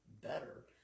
better